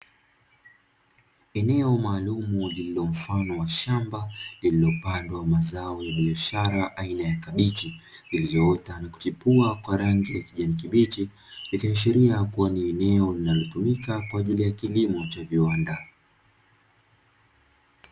Eneo maalumu lililomfano wa shamba lililopandwa mazao ya biashara aina ya kabichi zilizoota na kuchipua kwa rangi ya kijani kibichi ikiashiria kuwa ni eneo linalotumika kwa ajili ya kilimo cha viwanda.